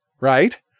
right